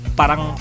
parang